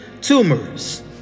tumors